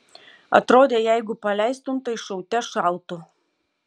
atrodė jeigu paleistum tai šaute šautų